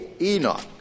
Enoch